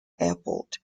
airport